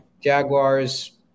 Jaguars